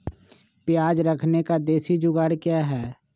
प्याज रखने का देसी जुगाड़ क्या है?